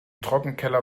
trockenkeller